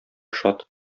шат